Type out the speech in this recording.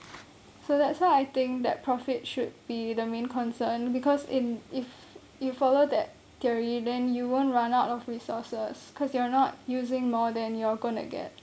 so that's why I think that profit should be the main concern because in if you follow that theory then you won't run out of resources cause you're not using more than you're going to get